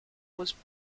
was